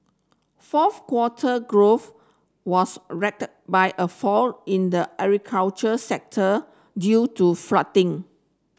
fourth quarter growth was by a fall in the agricultural sector due to flooding